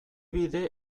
bide